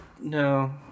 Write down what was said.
no